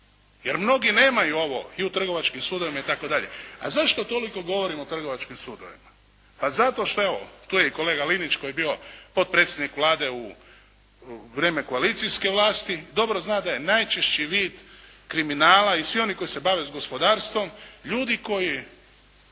jer mnogi nemaju ovo i u trgovačkim sudovima itd. A zašto toliko govorim o trgovačkim sudovima? Pa, zato što, evo tu je i kolega Linić, koji je bio potpredsjednik Vlade u vrijeme koalicijske vlasti, dobro zna da je najčešći vid kriminala i svi oni koji se bave gospodarstvom, ljudi koji